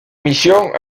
mission